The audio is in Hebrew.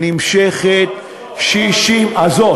שנמשכת 65, הזוֹ, הזוֹ.